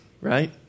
right